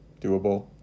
doable